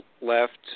left